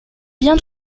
bien